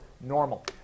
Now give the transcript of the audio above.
normal